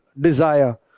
desire